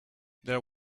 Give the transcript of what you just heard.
there